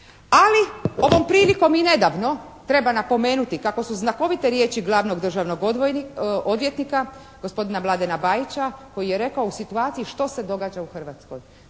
Ali ovom prilikom i nedavno, treba napomenuti kako su znakovite riječi glavnog državnog odvjetnika, gospodina Mladena Bajića koji je rekao u situaciji što se događa u Hrvatskoj.